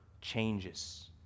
changes